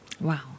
Wow